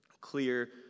clear